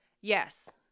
Yes